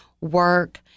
work